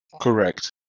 correct